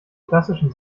klassischen